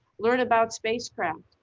learn about spacecraft.